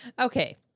Okay